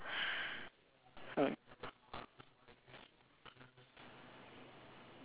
mm